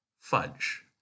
Fudge